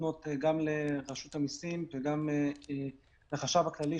להפנות גם לרשות המסים וגם לחשב הכללי,